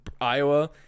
Iowa